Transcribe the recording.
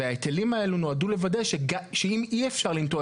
וההיטלים האלו נועדו לוודא שאם אי אפשר לנטוע